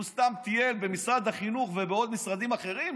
הוא סתם טייל במשרד החינוך ובעוד משרדים אחרים?